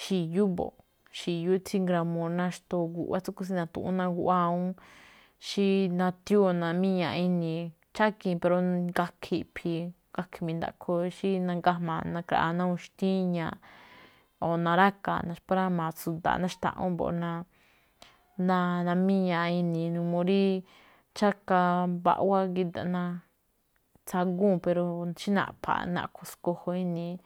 xi̱yú mbo̱ꞌ, xi̱yú tsí ngrámuu ná xtóo guꞌwá tsúꞌkhuen tsí na̱tu̱ꞌwúún ná awúun guꞌwá awúún. Xí nathiñúu̱ namíñaaꞌ ini̱i̱, chákii̱n pero, gakhe̱ iꞌphi̱i̱, gakhe̱ mi̱ndaꞌkho xí nangajmaa̱ ná kra̱ꞌaa̱ na awúun xtíñaaꞌ, o na̱rákaa̱ naxpátrámaa̱ ná tsu̱da̱a̱ꞌ, o ná xtaꞌún mbo̱ꞌ, ná namíñaaꞌ ini̱i̱. N uu rí cháka mbaꞌwua gída̱ꞌ ná tsagúu̱n, pero xí naꞌpha̱a̱ naꞌkho̱ sko̱jo̱o̱ ini̱i̱.